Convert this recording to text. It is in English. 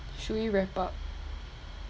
should we wrap up